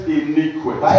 iniquity